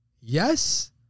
yes